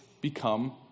become